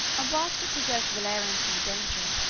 whilst it preserved valerian from the danger,